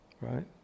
Right